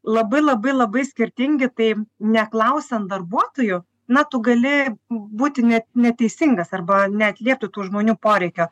labai labai labai skirtingi tai neklausiant darbuotojų na tu gali būti net neteisingas arba neatliepti tų žmonių poreikio